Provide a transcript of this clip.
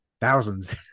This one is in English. Thousands